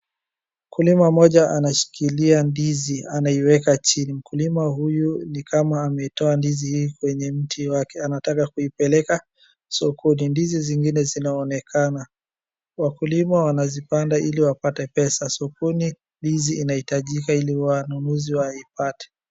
Mkulima mmoja anashikilia ndizi. Anaiweka chini. Mkulima huyu ni kama ametoa ndizi kwenye mti wake. Anataka kuipeleka sokoni. Ndizi zingine zinaonekana. Wakulima wanazipanda iliwapate pesa. sokoni ndizi inahitajika iliwanunuzi waipate.